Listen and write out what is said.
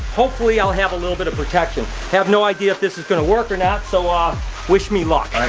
hopefully i'll have a little bit of protection. have no idea if this is gonna work or not, so um wish me luck.